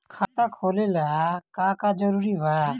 खाता खोले ला का का जरूरी बा?